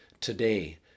today